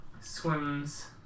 Swims